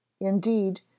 Indeed